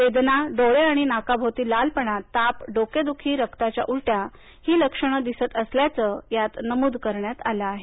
वेदना डोळे आणि नाकाभोवती लालपणा ताप डोकेदुखी रक्ताच्या उलट्या ही लक्षणं दिसत असल्याचं त्यात नमूद करण्यात आलं आहे